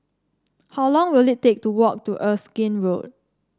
how long will it take to walk to Erskine Road